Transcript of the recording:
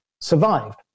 survived